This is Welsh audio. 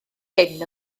hyn